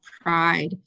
pride